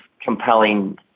compelling